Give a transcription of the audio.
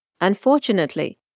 Unfortunately